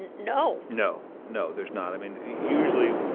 and no no. no, there's not. i mean, usually,